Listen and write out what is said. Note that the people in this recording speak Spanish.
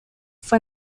fue